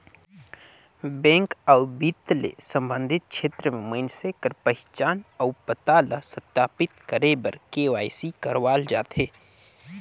bank अउ बित्त ले संबंधित छेत्र में मइनसे कर पहिचान अउ पता ल सत्यापित करे बर के.वाई.सी करवाल जाथे